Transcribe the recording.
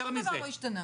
שום דבר לא השתנה.